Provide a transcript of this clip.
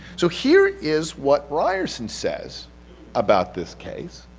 so here is what reyerson says about this case,